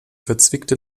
verzwickte